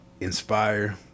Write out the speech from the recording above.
inspire